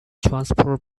transfer